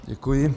Děkuji.